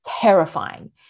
terrifying